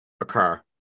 occur